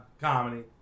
comedy